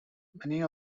many